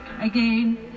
again